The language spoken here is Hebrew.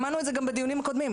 שמענו זה גם בדיונים קודמים.